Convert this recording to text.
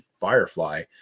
Firefly